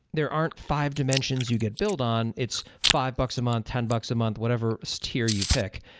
there aren't five dimensions you get build on. it's five bucks a month, ten bucks a month. whatever steer you pick.